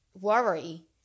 worry